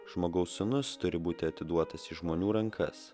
žmogaus sūnus turi būti atiduotas į žmonių rankas